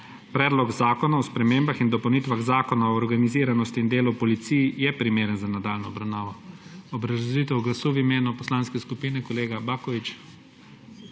Predlog zakona o spremembah in dopolnitvah Zakona o organiziranosti in delu v policiji je primeren za nadaljnjo obravnavo. Obrazložitev glasu v imenu poslanske skupine, kolega Baković.